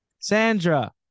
Sandra